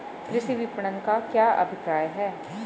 कृषि विपणन का क्या अभिप्राय है?